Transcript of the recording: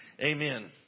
Amen